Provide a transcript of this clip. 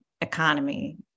economy